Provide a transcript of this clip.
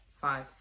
five